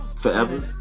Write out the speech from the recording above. forever